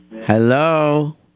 Hello